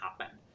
happen